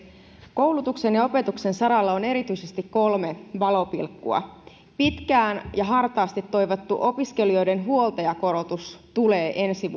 koulutuksen ja opetuksen saralla on erityisesti kolme valopilkkua pitkään ja hartaasti toivottu opiskelijoiden huoltajakorotus tulee ensi